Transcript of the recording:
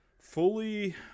fully